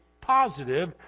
positive